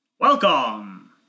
welcome